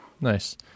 nice